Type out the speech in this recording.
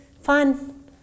fun